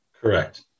Correct